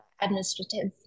administrative